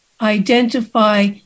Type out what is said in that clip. identify